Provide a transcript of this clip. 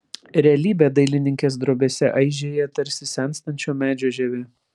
realybė dailininkės drobėse aižėja tarsi senstančio medžio žievė